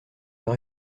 leur